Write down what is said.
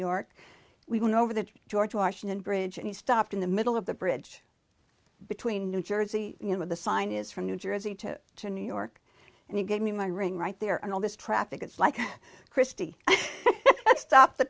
york we went over the george washington bridge and he stopped in the middle of the bridge between new jersey you know with the sign is from new jersey to to new york and he gave me my ring right there and all this traffic it's like christie let's stop the